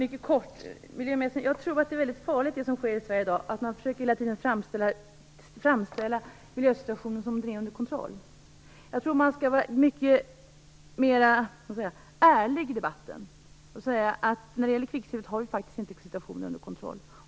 Herr talman! Jag skall vara mycket kortfattad. Miljöministern, jag tror att det som sker i Sverige i dag är väldigt farligt, nämligen att man försöker framställa miljösituationen som om den vore under kontroll. Jag tror att man skall vara mycket mera ärlig i debatten och säga att man när det gäller kvicksilvret faktiskt inte har situationen under kontroll.